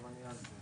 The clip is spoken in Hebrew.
סליחה על האיחור,